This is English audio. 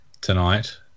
tonight